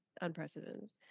unprecedented